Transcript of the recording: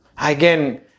Again